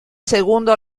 segundo